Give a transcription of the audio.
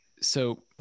So-